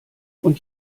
und